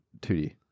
2D